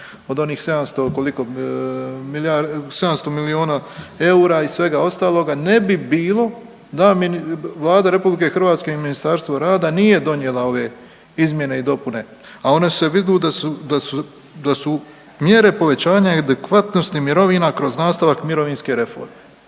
700 miliona eura i svega ostaloga ne bi bilo da Vlada RH i Ministarstvo rada nije donijela ove izmjene i dopune. A one se vidu da su mjere povećanja i adekvatnosti mirovina kroz nastavak mirovinske reforme.